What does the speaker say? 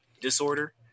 disorder